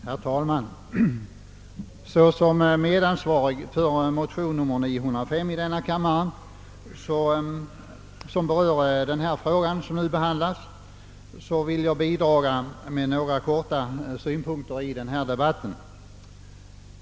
Herr talman! Såsom medansvarig till motion II:905 beträffande den fråga som nu behandlas vill jag helt kort bidraga med några synpunkter till debatten.